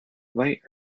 white